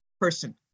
person